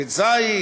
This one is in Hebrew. בית-זית,